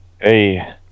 hey